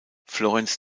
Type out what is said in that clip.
florenz